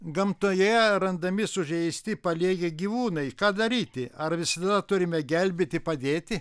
gamtoje randami sužeisti paliegę gyvūnai ką daryti ar visada turime gelbėti padėti